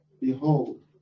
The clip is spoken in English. Behold